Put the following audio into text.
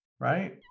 Right